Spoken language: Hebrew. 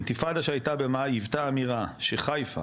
האינתיפאדה שהייתה במאי היוותה אמירה שחיפה